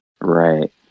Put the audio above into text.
Right